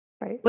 Right